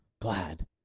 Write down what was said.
Glad